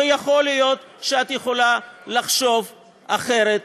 ויכול להיות שאת יכולה לחשוב אחרת,